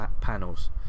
panels